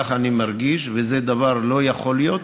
ככה אני מרגיש, וזה דבר שלא יכול להיות.